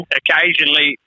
occasionally